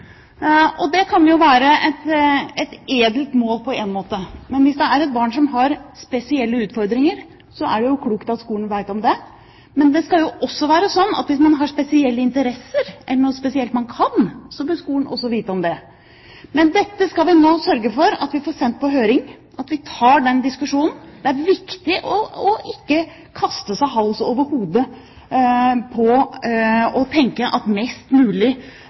skoledag? Det kan jo være et edelt mål på en måte. Men hvis det er et barn som har spesielle utfordringer, så er det klokt at skolen vet om det. Men det skal også være sånn at hvis man har spesielle interesser – om det er noe spesielt man kan – så bør skolen også vite om det. Dette skal vi nå sørge for at vi skal få sendt på høring, at vi tar den diskusjonen. Det er viktig ikke å gjøre noe hals over hode og tenke at mest mulig